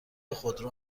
خودرو